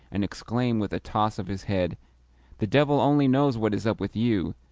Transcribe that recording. and exclaim with a toss of his head the devil only knows what is up with you!